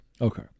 Okay